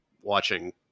watching